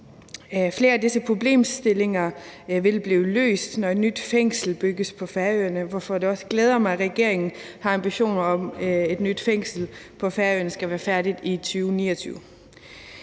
Flere af disse problemstillinger vil blive løst, når et nyt fængsel bygges på Færøerne, hvorfor det også glæder mig, at regeringen har ambitioner om, at et nyt fængsel på Færøerne skal være færdigt i 2029.